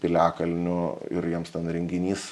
piliakalniu ir jiems ten renginys